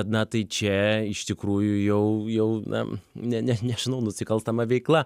na tai čia iš tikrųjų jau jau na ne ne ne nežinau nusikalstama veikla